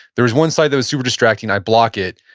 there was one site that was super distracting, i'd block it.